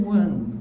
one